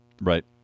Right